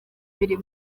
biri